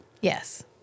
Yes